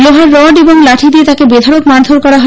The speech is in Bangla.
লোহার রড এবং লাঠি দিয়ে তাকে বেধড়ক মারধর করা হয়